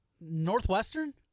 Northwestern